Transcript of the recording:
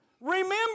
Remember